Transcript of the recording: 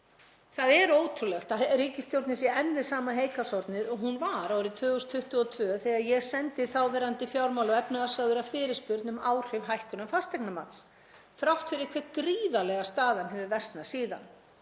Það er ótrúlegt að ríkisstjórnin sé enn við sama heygarðshornið og hún var árið 2022 þegar ég sendi fjármála- og efnahagsráðherra fyrirspurn um áhrif hækkunar fasteignamats þrátt fyrir hve gríðarlega staðan hefur versnað síðan.